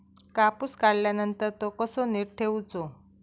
कापूस काढल्यानंतर तो कसो नीट ठेवूचो?